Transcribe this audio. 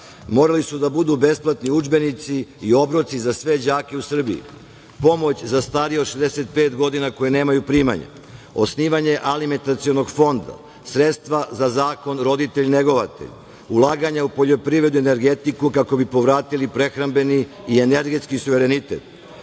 Morali su da budu besplatni udžbenici i obroci za sve đake u Srbiji, pomoć za sve đake u Srbiji, za starije od 65 godina koji nemaju primanja. Osnivanje alimentacionog fonda, sredstva za zakon roditelj – negovatelj, ulaganja u poljoprivredu i energetiku kako bi povratili prehrambeni i energetski suverenitet,